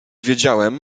wiedziałem